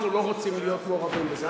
אנחנו לא רוצים להיות מעורבים בזה.